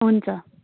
हुन्छ